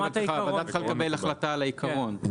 הוועדה צריכה לקבל החלטה על העיקרון.